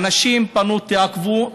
האנשים פנו: תעכבו.